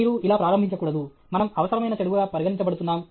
మీరు ఇలా ప్రారంభించకూడదు మనం అవసరమైన చెడుగా పరిగణించబడుతున్నాం